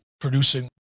producing